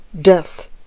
Death